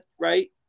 right